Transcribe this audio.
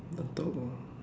tak tahu